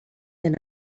than